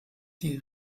die